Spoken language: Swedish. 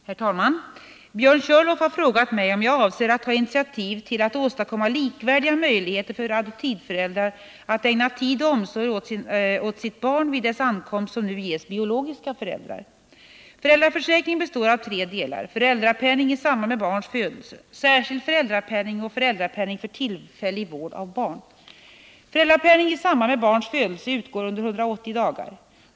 Herr talman! Björn Körlof har frågat mig om jag avser att ta initiativ till att åstadkomma likvärdiga möjligheter för adoptivföräldrar att ägna tid och omsorg åt sitt barn vid dess ankomst som nu ges biologiska föräldrar. Föräldraförsäkringen består av tre delar: föräldrapenning i samband med barns födelse, särskild föräldrapenning och föräldrapenning för tillfällig vård av barn. Föräldrapenning i samband med barns födelse utgår under 180 dagar.